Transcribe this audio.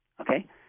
okay